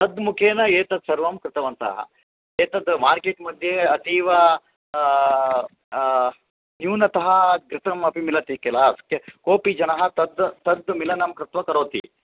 तद्मुखेन एतत् सर्वं कृतवन्तः एतद् मार्केट्मध्ये अतीव न्यूनतः घृतमपि मिलति किल कोपि जनः तद् तद् मिलनं कृत्वा करोति